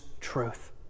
truth